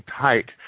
tight